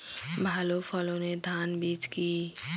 ভালো ফলনের ধান বীজ কি?